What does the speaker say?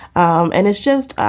um and it's just,